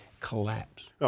collapse